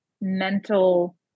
mental